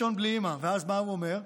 ואז, מה הוא אומר?